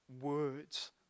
words